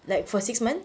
like for six months